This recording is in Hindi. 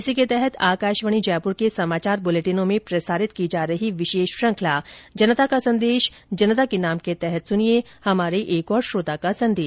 इसी के तहत आकाशवाणी जयपुर के समाचार बुलेटिनों में प्रसारित की जा रही विशेष श्रुखंला जनता का संदेश जनता के नाम के तहत सुनिये हमारे श्रोता का संदेश